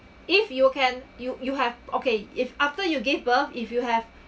if you can you you have okay if after you give birth if you have